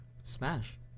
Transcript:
Smash